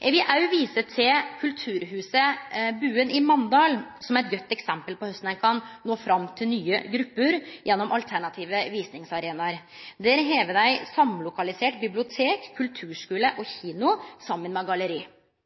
Eg vil òg vise til kulturhuset Buen i Mandal, som eit godt eksempel på korleis ein kan nå fram til nye grupper gjennom alternative visningsarenaer. Der har dei samlokalisert bibliotek, kulturskule og kino saman med galleri.